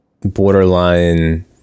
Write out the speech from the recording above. borderline